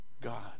God